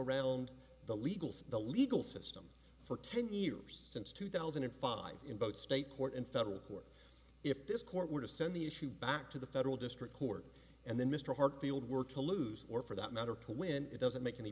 around the legals the legal system for ten years since two thousand and five in both state court and federal court if this court were to send the issue back to the federal district court and then mr hartsfield were to lose or for that matter to win it doesn't make any